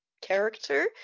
character